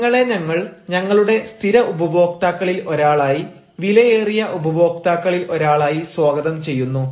നിങ്ങളെ ഞങ്ങൾ ഞങ്ങളുടെ സ്ഥിര ഉപഭോക്താക്കളിൽ ഒരാളായി വിലയേറിയ ഉപഭോക്താക്കളിൽ ഒരാളായി സ്വാഗതം ചെയ്യുന്നു